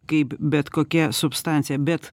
kaip bet kokia substancija bet